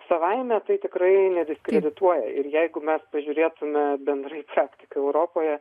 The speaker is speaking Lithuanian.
savaime tai tikrai nediskredituoja ir jeigu mes pažiūrėtume bendrai čia europoje